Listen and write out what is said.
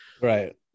Right